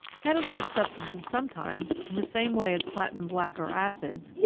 catalytic substances sometimes, in the same way as platinum black or acids,